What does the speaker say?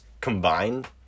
combined